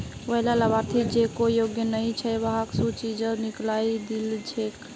वैला लाभार्थि जेको योग्य नइ छ वहाक सूची स निकलइ दिल छेक